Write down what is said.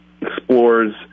explores